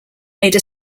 made